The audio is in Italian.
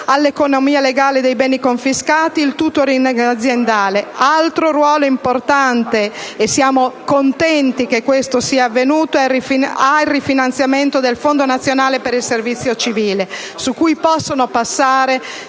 all'economia legale dei beni confiscati, il *tutoring* aziendale. Altro ruolo importante, e siamo contenti che questo sia avvenuto, ha il rifinanziamento del fondo nazionale per il servizio civile, su cui possono passare